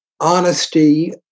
honesty